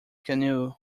canoe